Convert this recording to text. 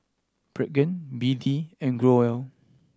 Pregain B D and Growell